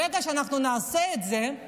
ברגע שאנחנו נעשה את זה,